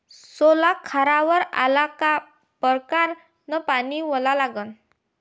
सोला खारावर आला का परकारं न पानी वलनं जमन का?